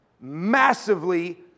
massively